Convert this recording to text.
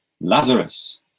Lazarus